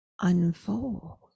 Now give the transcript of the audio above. unfold